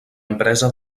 empresa